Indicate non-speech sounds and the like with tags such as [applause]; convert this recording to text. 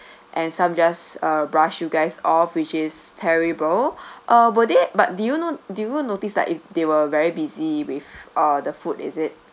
and some just uh brush you guys off which is terrible [breath] uh but then but do you know do you will notice that if they were very busy with uh the food is it